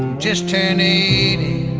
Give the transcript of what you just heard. just turned eighty